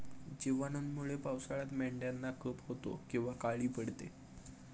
जिवाणूंमुळे पावसाळ्यात मेंढ्यांना कफ होतो किंवा काळी पडते